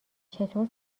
چطور